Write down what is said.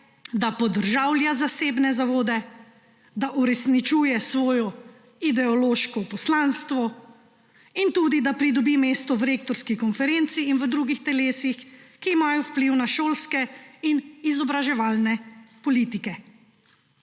da podržavlja zasebne zavode, da uresničuje svojo ideološko poslanstvo ter da pridobi mesto v rektorski konferenci in v drugih telesih, ki imajo vpliv na šolske in izobraževalne politike.